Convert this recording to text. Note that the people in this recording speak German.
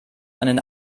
einen